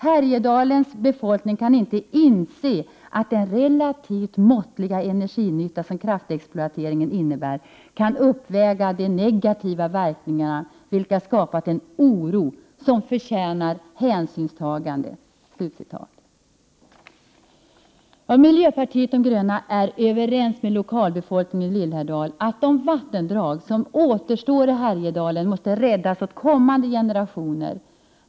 Härjedalens befolkning kan inte inse att den relativt måttliga energinytta som kraftexploateringen innebär kan uppväga Prot. 1988/89:117 de negativa verkningarna, vilka skapat en oro som förtjänar hänsynsta Miljöpartiet de gröna är överens med lokalbefolkningen i Lillhärdal om att de vattendrag som återstår i Härjedalen måste räddas åt kommande generationer.